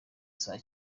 saa